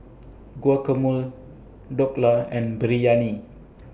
Guacamole Dhokla and Biryani